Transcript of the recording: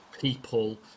people